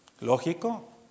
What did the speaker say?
lógico